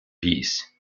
piece